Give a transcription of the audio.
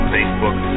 Facebook